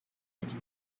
اید